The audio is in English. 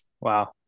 Wow